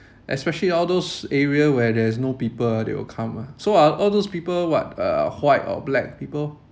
especially all those area where there's no people ah they will come ah so are all those people what uh white or black people